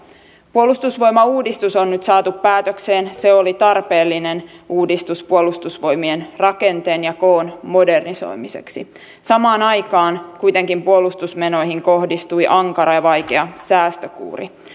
puolustusvoimauudistus on nyt saatu päätökseen se oli tarpeellinen uudistus puolustusvoimien rakenteen ja koon modernisoimiseksi samaan aikaan kuitenkin puolustusmenoihin kohdistui ankara ja vaikea säästökuuri